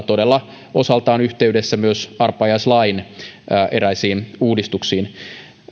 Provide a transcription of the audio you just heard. todella osaltaan yhteydessä myös arpajaislain eräisiin uudistuksiin